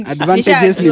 Advantages